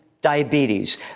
diabetes